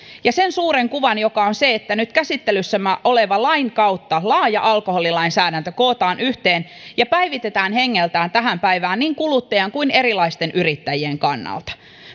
ja sen suuren kuvan joka on se että nyt käsittelyssä olevan lain kautta laaja alkoholilainsäädäntö kootaan yhteen ja päivitetään hengeltään tähän päivään niin kuluttajan kuin erilaisten yrittäjien kannalta